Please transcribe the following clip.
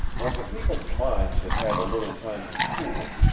when the people's minds had had a little time to cool,